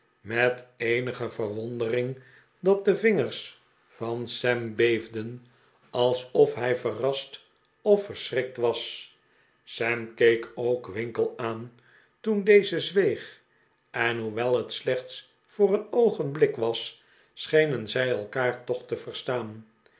met eenige verwondering dat de vingers van sam beefden alsof hij verrast of verschrikt was sam keek ook winkle aan toen deze zweeg en hoewel het slechts voor een oogenblik was schenen zij elkaar toch te verstaan